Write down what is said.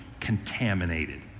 contaminated